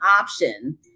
option